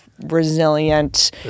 resilient